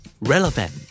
Relevant